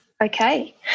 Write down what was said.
Okay